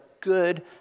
good